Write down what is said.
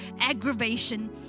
aggravation